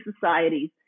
societies